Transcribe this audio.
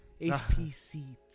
HPC